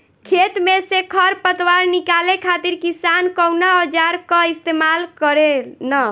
खेत में से खर पतवार निकाले खातिर किसान कउना औजार क इस्तेमाल करे न?